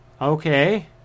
okay